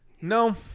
No